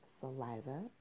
saliva